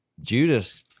Judas